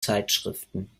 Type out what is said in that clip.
zeitschriften